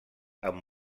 amb